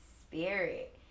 spirit